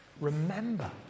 Remember